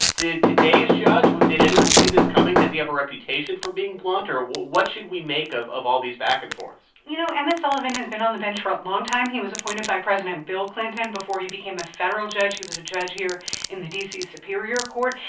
did today's judge did anyone see this coming? does he have a reputation for being blunt or what what should we make of of all these back and forths? you know, emmet sullivan has been on the bench for a long time. he was appointed by president bill clinton. before he became a federal judge, he was a judge here in the d c. superior court.